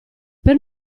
per